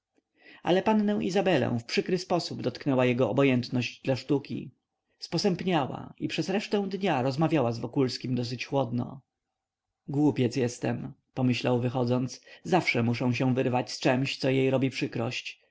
ale pannę izabelę w przykry sposób dotknęła jego obojętność dla sztuki sposępniała i przez resztę dnia rozmawiała z wokulskim dosyć chłodno głupiec jestem pomyślał wychodząc zawsze muszę się wyrwać z czemś co jej robi przykrość